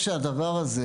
בזכות הצעדים האלה,